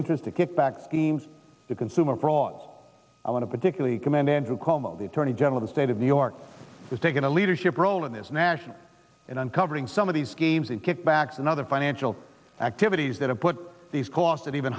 interest a kickback schemes to consumer fraud i want to particularly commend andrew cuomo the attorney general the state of new york has taken a leadership role in this national in uncovering some of these games and kickbacks and other financial activities that have put these costs at even